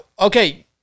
Okay